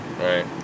right